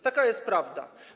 Taka jest prawda.